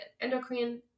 endocrine